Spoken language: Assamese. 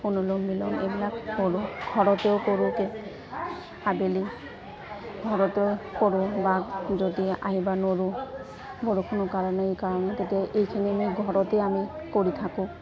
অনুলম্ব বিলম্ব এইবিলাক কৰোঁ ঘৰতেও কৰোঁতে আবেলি ঘৰতেও কৰোঁ বা যদি আহিবা নোৰোঁ বৰষুণৰ কাৰণ এই কাৰণে তেতিয়া এইখিনি আমি ঘৰতে আমি কৰি থাকোঁ